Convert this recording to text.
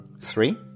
Three